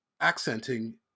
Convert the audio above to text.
accenting